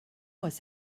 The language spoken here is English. was